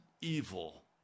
evil